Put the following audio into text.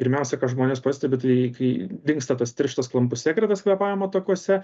pirmiausia ką žmonės pastebi tai kai dingsta tas tirštas klampus sekretas kvėpavimo takuose